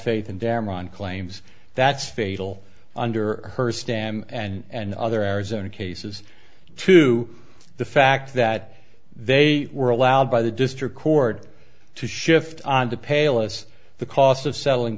faith and damn on claims that's fatal under her stand and and other arizona cases to the fact that they were allowed by the district court to shift on the palest the cost of selling